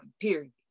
period